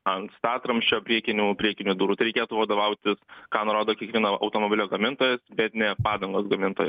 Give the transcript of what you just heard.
ant statramsčio priekinių priekinių durų tai reikėtų vadovautis ką nurodo kiekvieno automobilio gamintojas bet ne padangos gamintojas